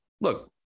look